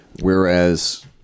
Whereas